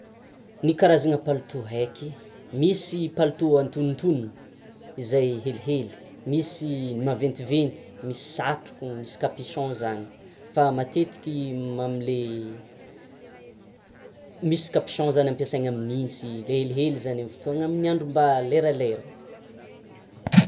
ny karazana palitao haiky misy palitao antonontonony, zay helihely, misy maventiventy misy satroko; msy capuchon zany, fa matetiky amle misy capuchon zany ampiasaina amin'ny gnintsy, le helihely zany amin'ny fotoanan'ny andro mba leralerany